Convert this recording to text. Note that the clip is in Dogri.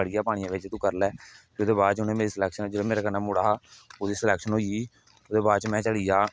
बड़ी जा पानिये बिच तू करी लै फिर बाद च उनें मेरी स्लेक्शन जेहड़ा मेरे कन्नै मुड़ा हा ओहदी स्लेकशन होई गेई ओहदे बाद च में चली गेआ